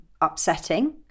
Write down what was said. upsetting